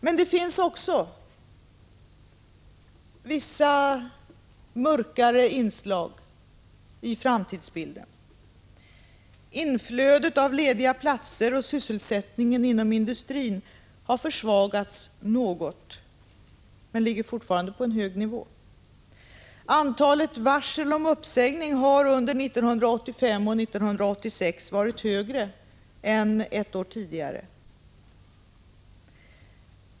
Men det finns också vissa mörkare inslag i framtidsbilden. Inflödet av lediga platser och sysselsättningen inom industrin har försvagats något, men ligger fortfarande på en hög nivå. Antalet varsel om uppsägning har under 1985 och 1986 varit högre än ett år tidigare.